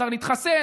צריך להתחסן,